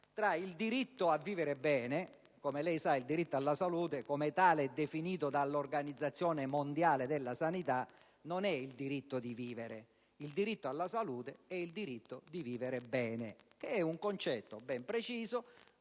il diritto a vivere bene. Come lei sa, il diritto alla salute, come tale definito dall'Organizzazione mondiale della sanità, non è il diritto a vivere, ma il diritto a vivere bene, che è un concetto ben preciso.